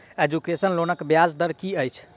Education लोनक ब्याज दर की अछि?